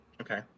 Okay